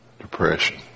Depression